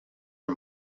are